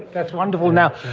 that's wonderful. now,